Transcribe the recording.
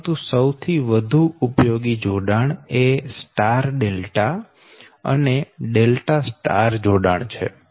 પરંતુ સૌથી વધુ ઉપયોગી જોડાણ એ સ્ટાર ડેલ્ટા અને ડેલ્ટા સ્ટાર જોડાણ છે